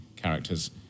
characters